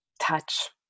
touch